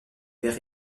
vert